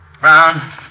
Brown